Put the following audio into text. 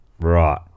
Right